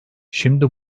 şimdi